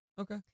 Okay